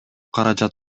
каражат